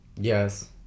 Yes